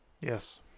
Yes